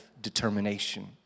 determination